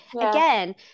again